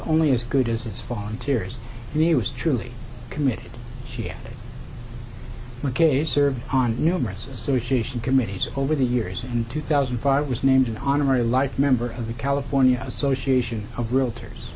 only as good as its volunteers he was truly committed she had mckay served on numerous association committees over the years and in two thousand and five was named an honorary life member of the california association of realtors